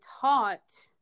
taught